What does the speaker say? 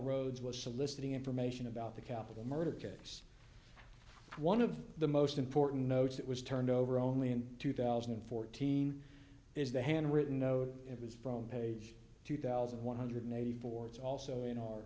rhodes was soliciting information about the capital murder case one of the most important notes that was turned over only in two thousand and fourteen is the handwritten note it was from page two thousand one hundred and eighty four it's also in our